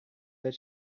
that